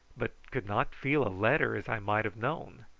but could not feel a letter, as i might have known.